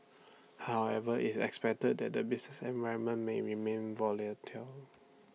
however IT expected that the business environment may remain volatile